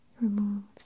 removes